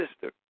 sister